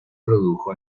produjo